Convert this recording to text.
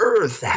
Earth